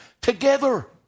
together